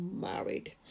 Married